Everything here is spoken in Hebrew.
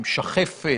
עם שחפת,